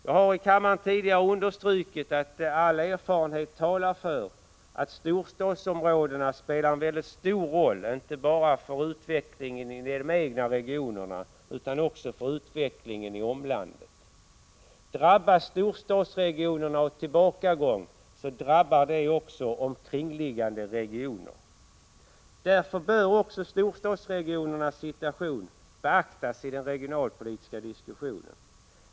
Jag har i kammaren tidigare understrukit att all erfarenhet talar för att storstadsområdena spelar en stor roll inte bara för utvecklingen i de egna regionerna, utan för utvecklingen i omlandet. Drabbas storstadsregionerna av tillbakagång drabbar det också omkringliggande regioner. Därför bör också storstadsregionernas situation beaktas i den regionalpolitiska diskussionen.